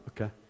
Okay